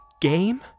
game